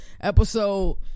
episode